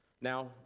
Now